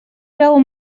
veu